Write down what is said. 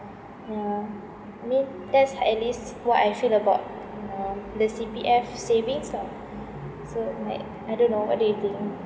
yeah I mean that's at least what I feel about um the C_P_F savings lah so like I don't know what do you think